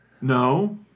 No